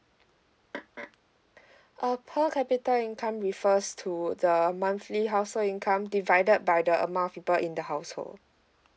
err per capita income refers to the monthly household income divided by the amount of people in the household